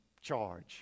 charge